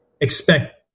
expect